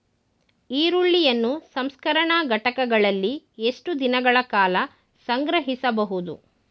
ಈರುಳ್ಳಿಯನ್ನು ಸಂಸ್ಕರಣಾ ಘಟಕಗಳಲ್ಲಿ ಎಷ್ಟು ದಿನಗಳ ಕಾಲ ಸಂಗ್ರಹಿಸಬಹುದು?